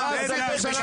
הממשלה.